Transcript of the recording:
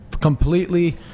completely –